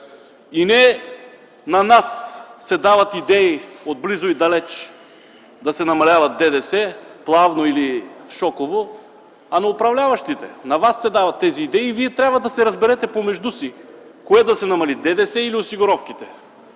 И не на нас се дават идеи отблизо и далеч да се намалява ДДС плавно или шоково, а на управляващите. На вас се дават тези идеи и вие трябва да се разберете помежду си кое да се намали – ДДС или осигуровките.